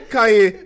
Kanye